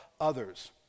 others